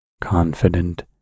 confident